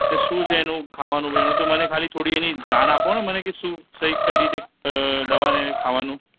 શું છે એનું ખાવાનું પીવાનું તો મને ખાલી થોડી એની જાણ આપો ને મને શું કઇ રીતે દવાને ખાવાનું